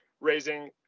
raising